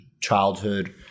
childhood